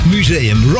Museum